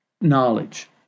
knowledge